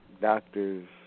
doctors